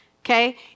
okay